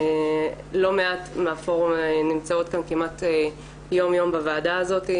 לא מעט מהפורום נמצאות כאן כמעט יום יום בוועדה הזאת,